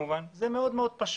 זה מאוד פשוט.